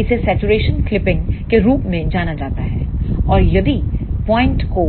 इसे saturation clipping के रूप में जाना जाता है और यदि पॉइंट को